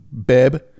Beb